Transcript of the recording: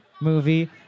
movie